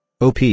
OP